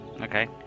Okay